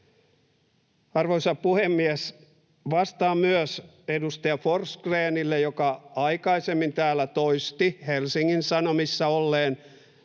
Arvoisa puhemies! Vastaan myös edustaja Forsgrénille, joka aikaisemmin täällä toisti Helsingin Sanomissa olleen